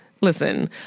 listen